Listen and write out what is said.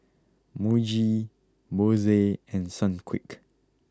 Muji Bose and Sunquick